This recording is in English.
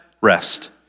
rest